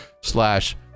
slash